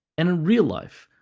and in real life,